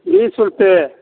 बीस रुपए